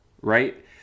right